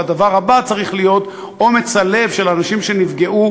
והדבר הבא צריך להיות אומץ הלב של אנשים שנפגעו,